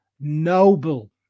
noble